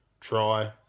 try